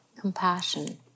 compassion